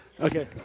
okay